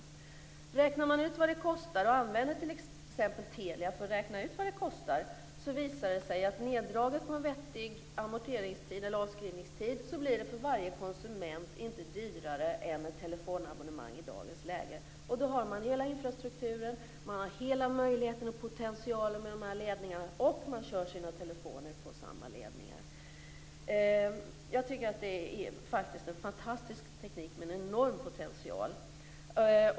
Använder man sig av t.ex. Telia för att räkna ut vad det kostar visar det sig att, neddraget på en vettig avskrivningstid, det för varje konsument inte blir dyrare än ett telefonabonnemang i dagens läge. Då har man hela infrastrukturen. Man har hela möjligheten och potentialen med de här ledningarna, och man kör sina telefoner på samma ledningar. Jag tycker faktiskt att det är en fantastisk teknik med en enorm potential.